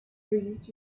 reyes